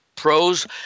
Pros